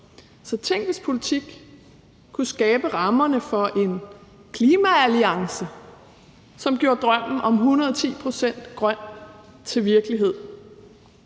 Så tænk, hvis politik kunne skabe rammerne for en klimaalliance, som gjorde drømmen om 110 pct. grøn til virkelighed.